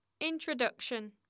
Introduction